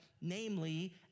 namely